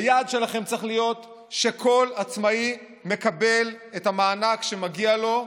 היעד שלכם צריך להיות שכל עצמאי מקבל את המענק שמגיע לו,